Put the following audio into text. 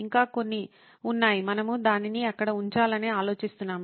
ఇంకా కొన్ని ఉన్నాయి మనము దానిని అక్కడ ఉంచాలని ఆలోచిస్తున్నాము